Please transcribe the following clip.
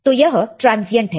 तो यह ट्रांजियंट है